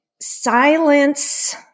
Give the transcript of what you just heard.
silence